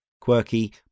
quirky